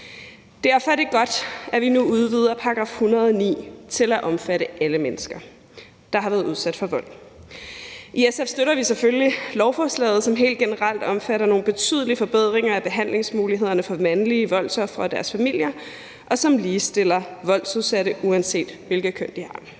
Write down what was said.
Derfor er det godt, at vi nu udvider § 109 til at omfatte alle mennesker, der har været udsat for vold. I SF støtter vi selvfølgelig lovforslaget, som helt generelt omfatter nogle betydelige forbedringer af behandlingsmulighederne for mandlige voldsofre og deres familier, og som ligestiller voldsudsatte, uanset hvilket køn de har.